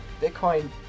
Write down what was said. Bitcoin